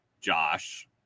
Josh